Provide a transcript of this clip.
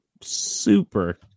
super